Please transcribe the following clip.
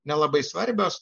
nelabai svarbios